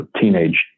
teenage